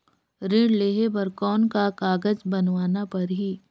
ऋण लेहे बर कौन का कागज बनवाना परही?